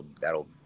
that'll